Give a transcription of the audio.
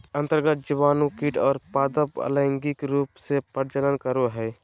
अन्तर्गत जीवाणु कीट और पादप अलैंगिक रूप से प्रजनन करो हइ